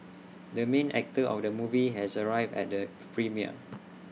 the main actor of the movie has arrived at the premiere